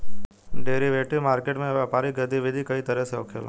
derivative market में व्यापारिक गतिविधि कई तरह से होखेला